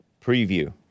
preview